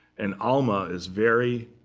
and alma is very